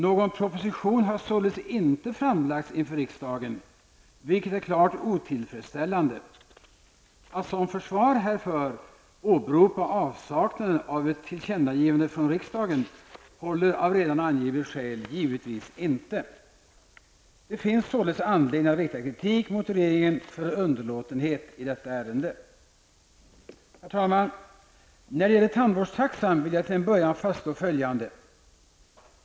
Någon proposition har således inte framlagts inför riksdagen, vilket är klart otillfredsställande. Att som försvar härför åberopa avsaknaden av ett tillkännagivande från riksdagen håller av redan angivet skäl givetvis inte. Det finns således anledning att rikta kritik mot regeringen för underlåtenhet i detta ärende. Herr talman! När det gäller tandvårdstaxan vill jag till en början fastslå följande.